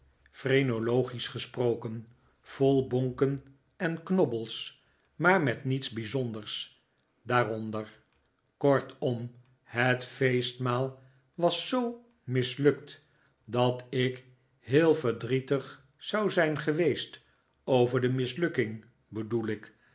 phrenologisch gesproken vol bonken en knobbels maar met niets bijzonders daaronder kortom het feestmaal was zoo mislukt dat ik heel verdrietig zou zijn geweest over die mislukking bedoel ik